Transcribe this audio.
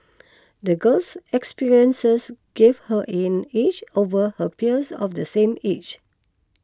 the girl's experiences gave her an edge over her peers of the same age